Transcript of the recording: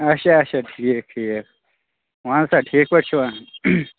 اچھا اچھا ٹھیٖک ٹھیٖک وَن سہ ٹھیٖک پٲٹھۍ چھُوا